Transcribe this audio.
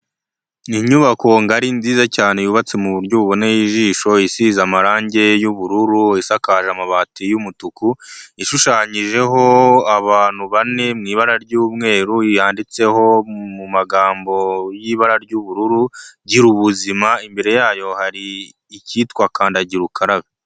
Ni inyubako ngari nziza cyane yubatse mu buryo buboneye ijisho, isize amarangi y'ubururu, isakaje amabati y'umutuku, ishushanyijeho abantu bane mu ibara ry'umweru, yanditseho mu magambo y'ibara ry'ubururu "Girubuzima", imbere yayo hari icyitwa kandagira ukarabe.